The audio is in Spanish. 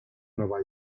nueva